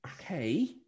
okay